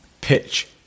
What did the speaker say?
pitch